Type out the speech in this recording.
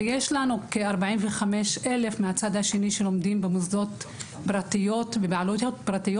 ויש לנו כ-45 אלף מהצד השני שלומדים במוסדות פרטיים ובבעלויות פרטיות